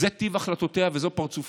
זה טיב החלטותיה וזה פרצופה.